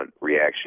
reaction